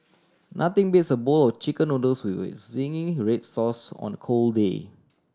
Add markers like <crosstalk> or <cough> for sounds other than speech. nothing beats a bowl of Chicken Noodles <unintelligible> with zingy red sauce on a cold day